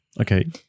Okay